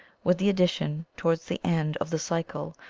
with the addition, towards the end of the cycle,